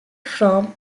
from